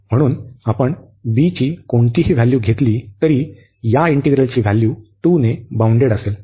म्हणून आपण b ची कोणतीही व्हॅल्यू घेतली तरी या इंटिग्रलची व्हॅल्यू 2 ने बाउंडेड असेल